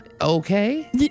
Okay